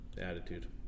attitude